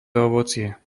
ovocie